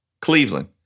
Cleveland